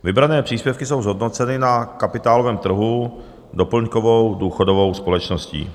Vybrané příspěvky jsou zhodnoceny na kapitálovém trhu doplňkovou důchodovou společností.